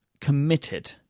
committed